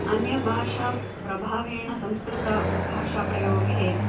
अन्यभाषाप्रभावेन संस्कृतभाषाप्रयोगे